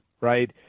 right